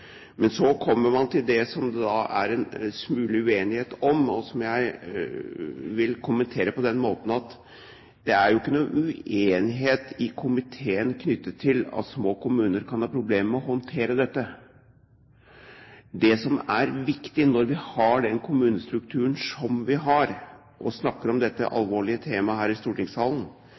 Men så kommer man til det som det er en smule uenighet om, og som jeg vil kommentere på denne måten: Det er jo ikke noen uenighet i komiteen knyttet til at små kommuner kan ha problemer med å håndtere dette. Det som er viktig når vi har den kommunestrukturen vi har, og når vi snakker om dette alvorlige temaet her i stortingssalen,